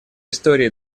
истории